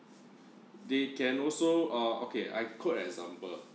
they can also uh okay I quote an example